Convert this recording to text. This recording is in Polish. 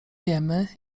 jemy